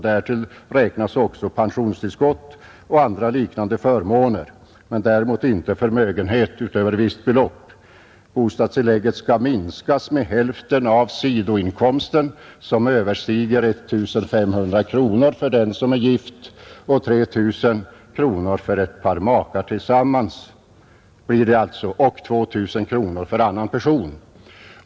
Därtill räknas också pensionstillskott och andra liknande förmåner men däremot inte förmögenhet utöver visst belopp. Bostadstillägget skall minskas med hälften av sidoinkomst som överstiger 1 500 kronor för den som är gift — det blir alltså 3 000 kronor för ett par makar tillsammans — och 2 000 kronor för annan person.